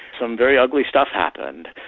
some very ugly stuff happened.